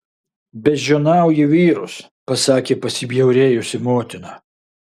beždžioniauji vyrus pasakė pasibjaurėjusi motina